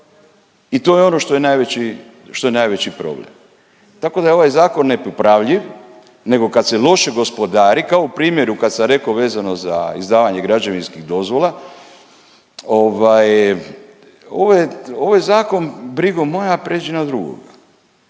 što je najveći, što je najveći problem. Tako da je ovaj zakon nepopravljiv nego kad se loše gospodari kao u primjeru kad sam rekao vezano za izdavanje građevinskih dozvola ovaj ovo je zakon brigo moja pređi na drugoga.